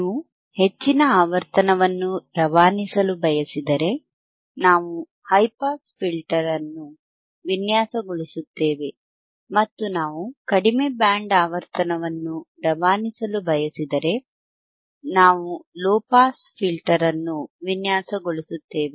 ನೀವು ಹೆಚ್ಚಿನ ಆವರ್ತನವನ್ನು ರವಾನಿಸಲು ಬಯಸಿದರೆ ನಾವು ಹೈ ಪಾಸ್ ಫಿಲ್ಟರ್ ಅನ್ನು ವಿನ್ಯಾಸಗೊಳಿಸುತ್ತೇವೆ ಮತ್ತು ನಾವು ಕಡಿಮೆ ಬ್ಯಾಂಡ್ ಆವರ್ತನವನ್ನು ರವಾನಿಸಲು ಬಯಸಿದರೆ ನಾವು ಲೊ ಪಾಸ್ ಫಿಲ್ಟರ್ ಅನ್ನು ವಿನ್ಯಾಸಗೊಳಿಸುತ್ತೇವೆ